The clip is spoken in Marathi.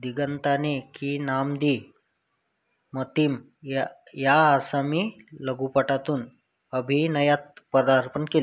दिगंताने की नाम दी मतिम या या आसामी लघुपटातून अभिनयात पदार्पण केलं